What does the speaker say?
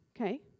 Okay